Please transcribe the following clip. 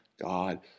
God